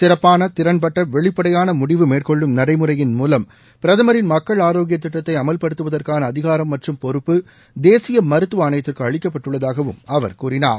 சிறப்பான திறன்பட்ட வெளிப்படையாள முடிவு மேற்கொள்ளும் நடைமுறையின் மூலம் பிரதமரின் மக்கள் ஆரோக்கிய திட்டத்தை அமவ்படுத்துவதற்கான அதிகாரம் மற்றும் பொறுப்பு தேசிய மருத்துவ ஆணையத்துக்கு அளிக்கப்பட்டுள்ளதாகவும் அவர் கூறினார்